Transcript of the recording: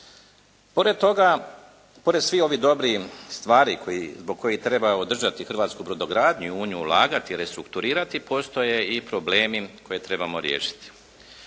Pored toga, pored svih ovih dobrih stvari zbog kojih treba održati hrvatsku brodogradnju i u nju ulagati, restrukturirati postoje i problemi koje trebamo riješiti.